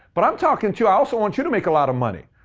but i'm talking to you. i also want you to make a lot of money.